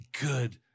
good